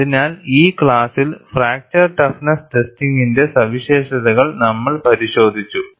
അതിനാൽ ഈ ക്ലാസ്സിൽ ഫ്രാക്ചർ ടഫ്നെസ് ടെസ്റ്റിംഗിന്റെ സവിശേഷതകൾ നമ്മൾ പരിശോധിച്ചു